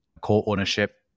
co-ownership